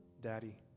Daddy